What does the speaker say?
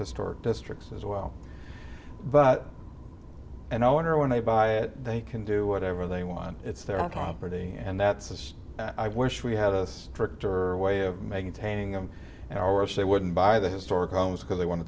historic districts as well but and i wonder when they buy it they can do whatever they want it's their own property and that says i wish we had a stricter way of making taining of ours they wouldn't buy the historic homes because they want to